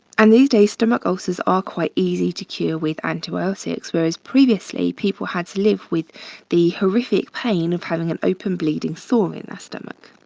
and these days, stomach ulcers are quite easy to cure with antibiotics whereas previously, people had to live with the horrific pain of having an open bleeding sore in their stomach.